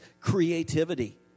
creativity